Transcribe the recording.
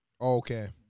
Okay